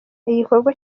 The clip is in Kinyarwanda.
igikorwa